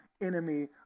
enemy